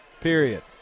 period